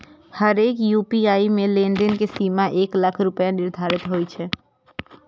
हरेक यू.पी.आई मे लेनदेन के सीमा एक लाख रुपैया निर्धारित होइ छै